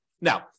Now